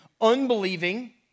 unbelieving